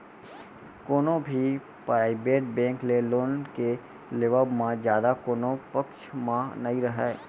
कोनो भी private bank ले लोन के लेवब म जादा कोनो पक्छ म नइ राहय